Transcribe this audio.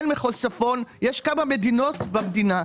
אין מחוז צפון, יש כמה מדינות במדינה.